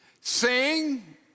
Sing